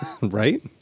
Right